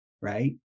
Right